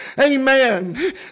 amen